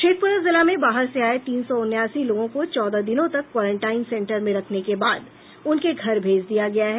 शेखपुरा जिला में बाहर से आये तीन सौ उनासी लोगों को चौदह दिनों तक क्वारेंटाइन सेन्टर में रखने के बाद उनके घर भेज दिया गया है